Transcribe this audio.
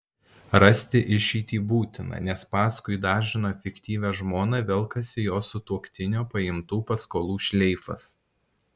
rasti išeitį būtina nes paskui dažną fiktyvią žmoną velkasi jos sutuoktinio paimtų paskolų šleifas